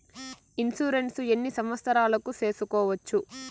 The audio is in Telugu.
ఇన్సూరెన్సు ఎన్ని సంవత్సరాలకు సేసుకోవచ్చు?